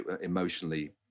emotionally